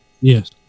yes